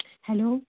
hello